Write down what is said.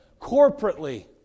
corporately